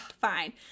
fine